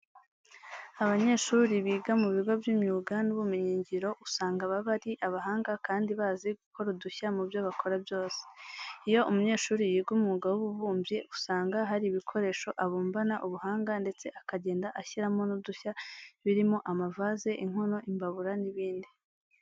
Abanyeshuri biga mu bigo by'imyuga n'ubumenyingiro usanga baba ari abahanga kandi bazi gukora udushya mu byo bakora byose. Iyo umunyeshuri yiga umwuga w'ububumbyi usanga hari ibikoresho abumbana ubuhanga ndetse akagenda ashyiramo n'udushya birimo amavaze, inkono, imbabura n'ibindi.